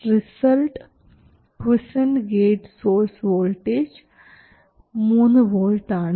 result quiescent gate source voltage 3 volt ആണ്